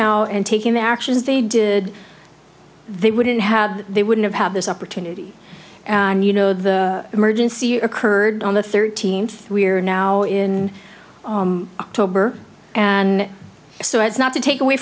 out and taking the actions they did they wouldn't have they wouldn't have this opportunity and you know the emergency occurred on the thirteenth we're now in october and so as not to take away